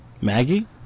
Maggie